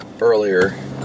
earlier